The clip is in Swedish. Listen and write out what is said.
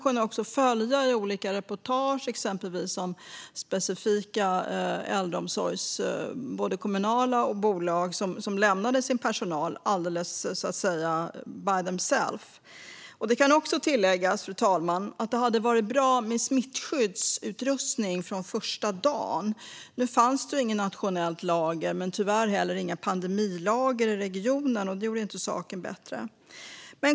I olika reportage har man kunnat följa hur både kommuner och bolag lämnade sin personal alldeles by themselves. Det kan tilläggas, fru talman, att det hade varit bra med smittskyddsutrustning från första dagen. Nu fanns det inget nationellt lager och tyvärr heller inga pandemilager i regionerna, och det gjorde inte saken bättre.